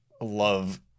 love